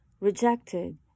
rejected